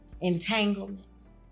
Entanglements